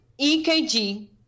EKG